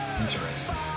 Interesting